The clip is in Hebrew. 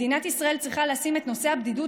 מדינת ישראל צריכה לשים את נושא הבדידות